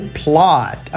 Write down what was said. plot